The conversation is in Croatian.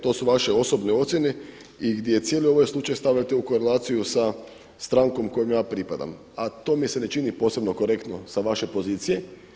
To su vaše osobne ocjene i gdje cijeli ovaj slučaj stavljate u korelaciju sa strankom kojoj ja pripadam, a to mi se ne čini posebno korektno sa vaše pozicije.